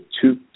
two